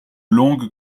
longue